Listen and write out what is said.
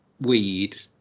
weed